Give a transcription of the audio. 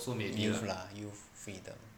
youth lah youth freedom